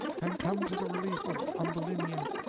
and come to the relief of ambulinia,